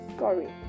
sorry